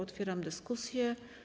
Otwieram dyskusję.